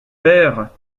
père